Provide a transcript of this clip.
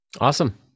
Awesome